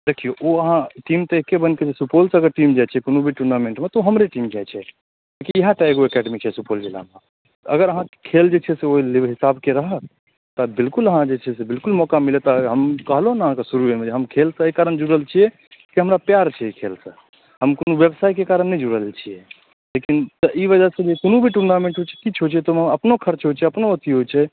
देखिऔ ओ अहाँ टीम तऽ एके बनिकऽ सुपौलसँ अगर टीम जाइ छै कोनो भी टूर्नामेन्टमे तऽ ओ हमरे टीम जाइ छै इएहटा एगो एकेडमी छै सुपौल जिलामे अगर अहाँके खेल जे छै से ओ लेवल हिसाबके रहत तऽ बिल्कुल अहाँ जे छै बिल्कुल मौका मिलत हम कहलहुँ ने अहाँके शुरूएमे जे हम खेलसँ एहि कारण जुड़ल छिए की हमरा प्यार छै एहि खेलसँ हम कोनो बेबसायके कारण नहि जुड़ल छिए लेकिन ई वजहसँ कोनो भी टूर्नामेन्ट होइ छै किछु होइ छै तऽ ओहिमे हमर अपनो खरच होइ छै अपनो अथी होइ छै